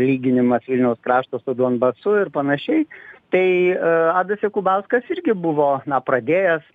lyginimas vilniaus krašto su donbasu ir panašiai tai adas jakubauskas irgi buvo na pradėjęs